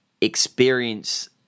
experience